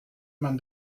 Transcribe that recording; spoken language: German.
man